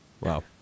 Wow